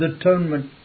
atonement